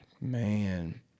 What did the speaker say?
Man